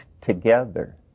together